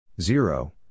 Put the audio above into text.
Zero